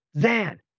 Zan